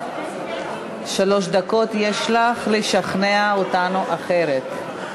שלוש דקות יש לך לשכנע אותנו אחרת.